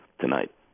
tonight